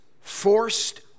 forced